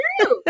true